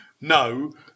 no